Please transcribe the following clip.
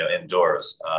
indoors